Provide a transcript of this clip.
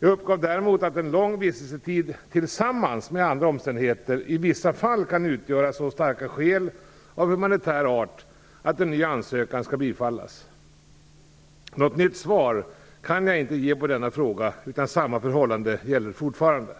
Jag uppgav däremot att en lång vistelsetid tillsammans med andra omständigheter, i vissa fall, kan utgöra så starka skäl av humanitär art att en ny ansökan skall bifallas. Något nytt svar kan jag inte ge på denna fråga, utan samma förhållande gäller fortfarande.